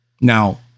Now